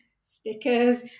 stickers